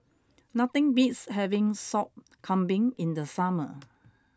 nothing beats having Sop Kambing in the summer